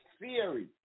theory